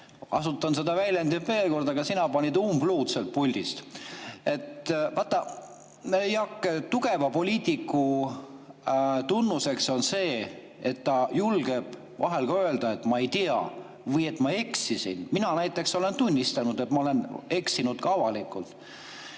kasutan seda väljendit veel kord – panid umbluud sealt puldist. Vaata, Jaak, tugeva poliitiku tunnus on see, kui ta julgeb vahel ka öelda, et ta ei tea või et ta eksis. Mina näiteks olen tunnistanud, et ma olen eksinud, ka avalikult.